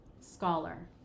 scholar